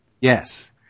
Yes